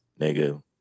nigga